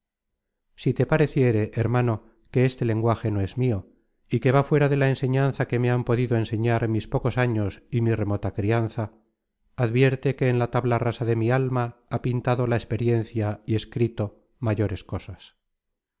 si te pareciere hermano que este lenguaje no es mio y que va fuera de la enseñanza que me han podido enseñar mis pocos años y mi remota crianza advierte que en la tabla rasa de mi alma ha pintado la experiencia y escrito mayores cosas